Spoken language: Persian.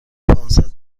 پانصد